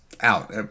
out